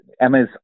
Emma's